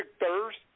thirst